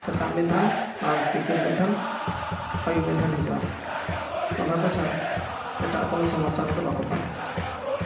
ᱥᱮᱛᱟᱜ ᱢᱤᱫ ᱫᱷᱟᱱ ᱛᱤᱠᱤᱱ ᱢᱤᱫ ᱫᱷᱟᱱ ᱟᱭᱩᱵᱽ ᱢᱤᱫ ᱫᱷᱟᱱ ᱦᱤᱡᱩᱜᱼᱟ ᱚᱱᱟ ᱠᱚ ᱪᱷᱟᱲᱟ ᱮᱴᱟᱜ ᱠᱳᱱᱳ ᱥᱳᱢᱚᱥᱟ ᱨᱮᱫᱚ ᱵᱟᱠᱚ ᱯᱟᱲᱟᱜᱼᱟ